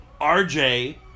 RJ